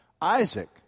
Isaac